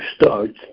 starts